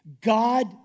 God